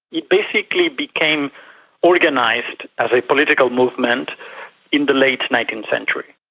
it basically became organised as a political movement in the late nineteenth century.